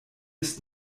ist